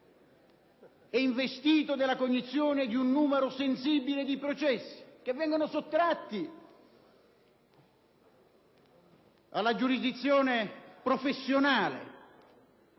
è investito della cognizione di un numero sensibile di processi che vengono sottratti alla giurisdizione professionale.